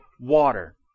water